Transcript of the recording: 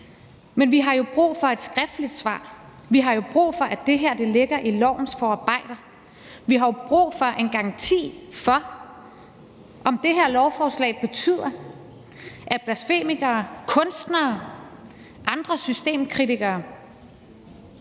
men vi har jo brug for et skriftligt svar. Vi har jo brug for, at det her ligger i lovens forarbejder. Vi har jo brug for en garanti for, at det her lovforslag ikke betyder, at blasfemikere, kunstnere og andre systemkritikere